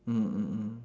mm mm mm